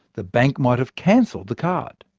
the bank might have cancelled the card.